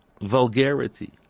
vulgarity